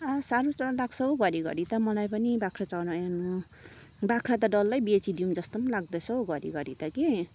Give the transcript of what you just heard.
आ साह्रो डरलाग्छ हौ घरिघरि त मलाई पनि बाख्रा चराउनु बाख्रा त डल्लै बेचिदिउँ जस्तो पनि लाग्दैछ हौ घरिघरि त कि